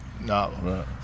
no